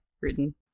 written